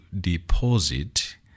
deposit